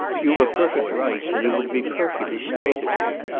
you've a perfect right, and it would be perfectly straight of you.